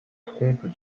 trompes